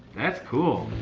that's cool.